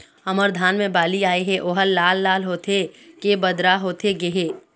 हमर धान मे बाली आए हे ओहर लाल लाल होथे के बदरा होथे गे हे?